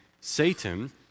Satan